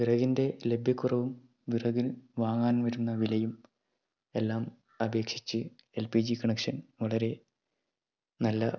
വിറകിൻ്റെ ലഭ്യക്കുറവും വിറകിന് വാങ്ങാൻ വരുന്ന വിലയും എല്ലാം അപേക്ഷിച്ച് എൽ പി ജി കണക്ഷൻ വളരെ നല്ല